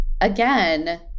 again